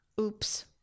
oops